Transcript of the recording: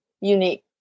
unique